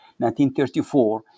1934